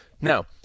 Now